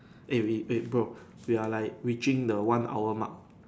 eh we eh bro we are like reaching the one hour mark